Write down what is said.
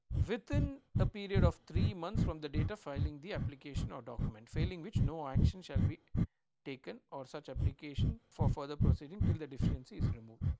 within a period of three months from the date of filing the application or document failing which no action shall be taken or such for further processing to the deficiency is removed.